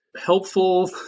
helpful